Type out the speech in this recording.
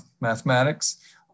mathematics